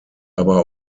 aber